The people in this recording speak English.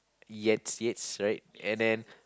Yates Yates right and then